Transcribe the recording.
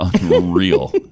unreal